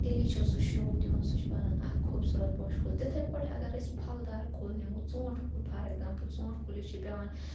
تیٚلی چھِ سُہ شو دِوان سُہ چھُ بَنان اَکھ خوٗبصوٗرَت پوشہٕ کُل تِتھٕے پٲٹھۍ اگر أسۍ پھل دار کُل نِمو ژوٗنٹھۍ کُل فار ایکزامپٕل ژوٗنٹھۍ کُلِس چھِ پیوان